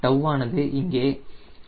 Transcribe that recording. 𝜏 ஆனது இங்கே ஏதோ ஒரு இடத்தில் 0